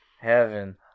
heaven